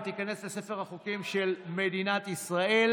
ותיכנס לספר החוקים של מדינת ישראל.